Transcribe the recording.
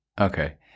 okay